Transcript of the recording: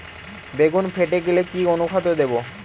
বেগুন ফেটে গেলে কি অনুখাদ্য দেবো?